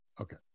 Okay